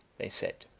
they said,